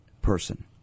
person